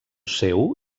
seu